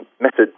method